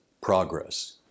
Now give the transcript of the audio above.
progress